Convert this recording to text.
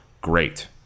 Great